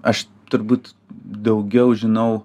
aš turbūt daugiau žinau